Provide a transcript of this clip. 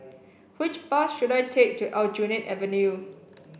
which bus should I take to Aljunied Avenue